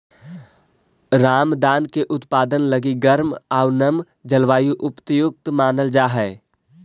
रामदाना के उत्पादन लगी गर्म आउ नम जलवायु उपयुक्त मानल जा हइ